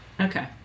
Okay